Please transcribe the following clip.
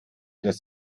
dass